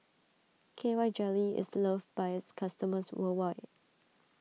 K Y Jelly is loved by its customers worldwide